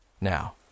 Now